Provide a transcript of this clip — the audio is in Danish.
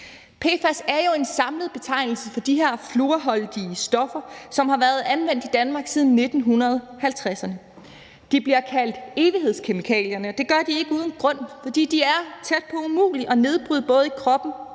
PFAS er jo en samlet betegnelse for de her flourholdige stoffer, som har været anvendt i Danmark siden 1950’erne. De bliver kaldt evighedskemikalierne, og det gør de ikke uden grund, for de er tæt på umulige at nedbryde, både i kroppen